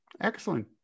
Excellent